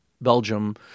Belgium